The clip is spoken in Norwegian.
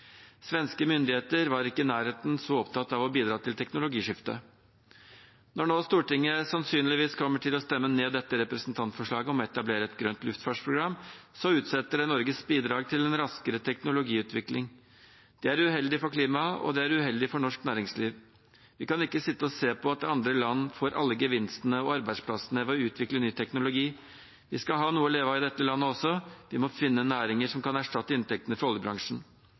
Svenske myndigheter var ikke i nærheten av så opptatt av å bidra til et teknologiskifte. Når nå Stortinget sannsynligvis kommer til å stemme ned dette representantforslaget om å etablere et grønt luftfartsprogram, utsetter det Norges bidrag til en raskere teknologiutvikling. Det er uheldig for klimaet, og det er uheldig for norsk næringsliv. Vi kan ikke sitte og se på at andre land får alle gevinstene og arbeidsplassene ved å utvikle ny teknologi. Vi skal ha noe å leve av i dette landet også. Vi må finne næringer som kan erstatte inntektene fra oljebransjen.